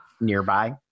nearby